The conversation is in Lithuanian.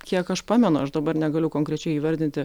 kiek aš pamenu aš dabar negaliu konkrečiai įvardinti